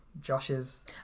josh's